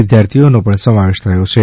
વિદ્યાર્થીનો પણ સમાવેશ થયો છે